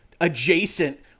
adjacent